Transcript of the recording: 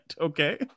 okay